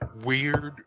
weird